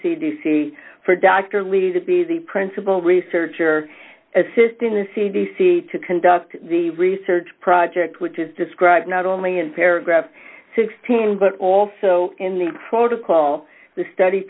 c d c for dr levy to be the principal researcher assisting the c d c to conduct the research project which is described not only in paragraph sixteen but also in the protocol the study